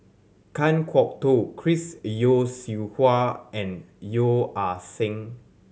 Kan Kwok Toh Chris Yeo Siew Hua and Yeo Ah Seng